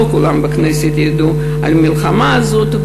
לא כולם בכנסת ידעו על המלחמה הזאת,